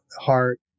heart